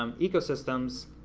um ecosystems,